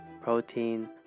protein